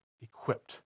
equipped